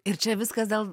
ir čia viskas dėl